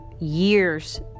Years